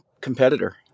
competitor